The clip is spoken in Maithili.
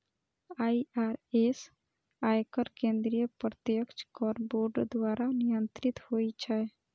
आई.आर.एस, आयकर केंद्रीय प्रत्यक्ष कर बोर्ड द्वारा नियंत्रित होइ छै